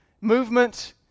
movement